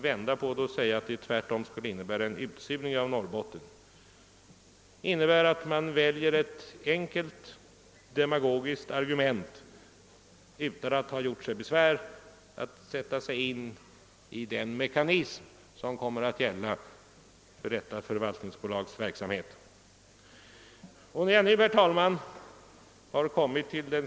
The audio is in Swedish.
Herr Burenstam Linder frågar varför inte alla riksdagsmän skall få närvara vid bolagsstämmorna — det är för övrigt inte bara herr Burenstam Linder som ställt denna fråga, utan flera andra talare har också gjort det.